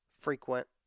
frequent